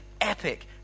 epic